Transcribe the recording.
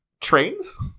trains